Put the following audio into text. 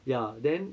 ya then